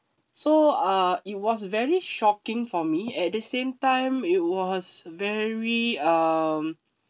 so uh it was very shocking for me at the same time it was very um